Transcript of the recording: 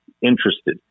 interested